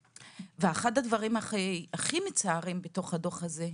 ואחד הדברים הכי מצערים בתוך הדוח הזה,